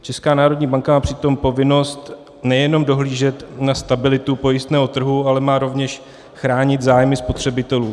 Česká národní banka má přitom povinnost nejenom dohlížet na stabilitu pojistného trhu, ale má rovněž chránit zájmy spotřebitelů.